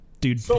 dude